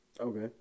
Okay